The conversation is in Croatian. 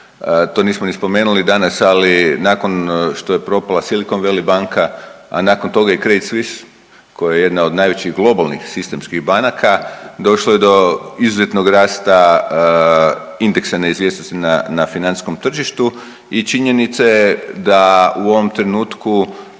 To nismo ni spomenuli danas ali nakon što je propala Silicon Valley banka, a nakon toga i Credit Suisse koja je jedna je jedna od najvećih globalnih sistemskih banaka došlo je do izuzetnog rasta indeksa neizvjesnosti na, na financijskom tržištu i činjenica je da u ovom trenutku